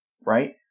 right